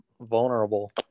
vulnerable